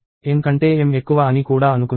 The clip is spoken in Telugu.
n కంటే m ఎక్కువ అని కూడా అనుకుందాం